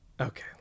Okay